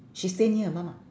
she stay near your mum ah